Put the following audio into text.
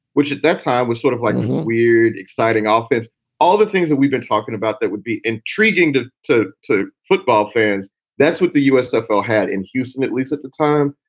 which at that time was sort of like weird, exciting, offered all the things that we've been talking about that would be intriguing to so to football fans that's what the usfl had in houston, at least at the time.